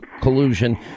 collusion